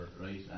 right